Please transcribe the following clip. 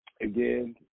again